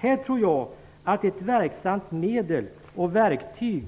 Här tror jag att ett verksamt medel och verktyg